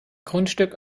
grundstück